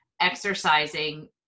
exercising